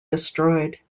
destroyed